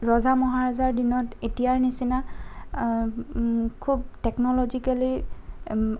ৰজা মহাৰজাৰ দিনত এতিয়াৰ নিচিনা খুব টেক্নলজিকেলি